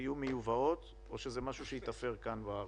יהיו מיובאות או שזה משהו שייתפר כאן בארץ.